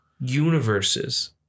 universes